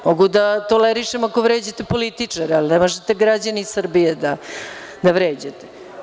Mogu da tolerišem ako vređate političare, ali ne možete građane Srbije da vređate.